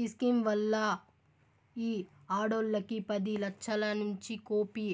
ఈ స్కీమ్ వల్ల ఈ ఆడోల్లకి పది లచ్చలనుంచి కోపి